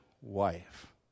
wife